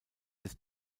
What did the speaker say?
des